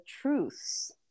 truths